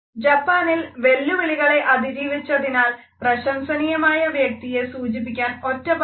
ജപ്പാനിൽ വെല്ലുവിളികളെ അതിജീവിച്ചതിനാൽ പ്രശംസനീയനായ വ്യക്തിയെ സൂചിപ്പിക്കാൻ ഒറ്റപ്പദം ഉണ്ട്